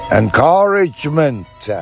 encouragement